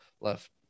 left